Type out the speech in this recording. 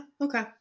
Okay